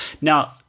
Now